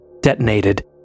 detonated